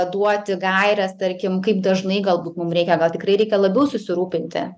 duoti gaires tarkim kaip dažnai galbūt mum reikia gal tikrai reikia labiau susirūpinti